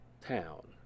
town